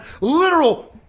literal